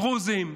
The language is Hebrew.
דרוזים,